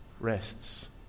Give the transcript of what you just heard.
rests